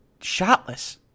shotless